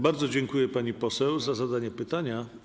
Bardzo dziękuję, pani poseł, za zadanie pytania.